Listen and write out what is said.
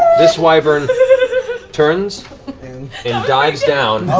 this wyvern turns and dives down